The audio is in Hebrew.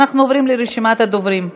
אנחנו עוברים לרשימת הדוברים.